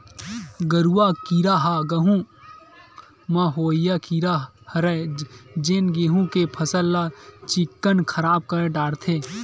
गरुआ कीरा ह गहूँ म होवइया कीरा हरय जेन गेहू के फसल ल चिक्कन खराब कर डरथे